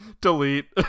Delete